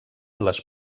les